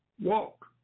walk